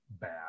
bad